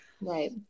right